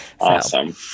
Awesome